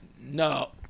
No